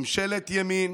ממשלת ימין